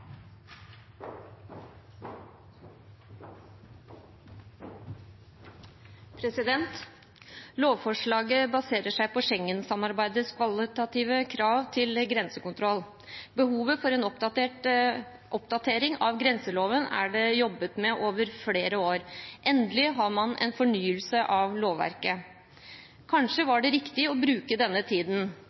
Lovforslaget baserer seg på Schengen-samarbeidets kvalitative krav til grensekontroll. Behovet for en oppdatering av grenseloven er det jobbet med over flere år. Endelig har man en fornyelse av lovverket. Kanskje var det riktig å bruke denne